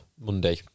Monday